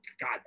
God